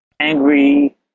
angry